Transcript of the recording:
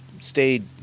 stayed